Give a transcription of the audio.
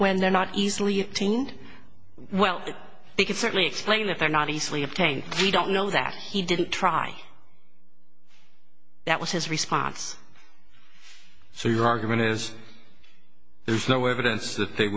when they're not easily obtained well they can certainly explain that they're not easily obtained we don't know that he didn't try that was his response so your argument is there's no evidence that